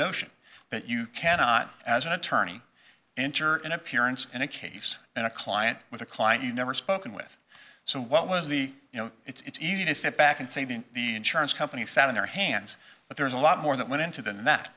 notion that you cannot as an attorney enter an appearance in a case in a client with a client you never spoken with so what was the you know it's easy to sit back and say the insurance companies sat on their hands but there's a lot more that went into th